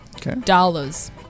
Dollars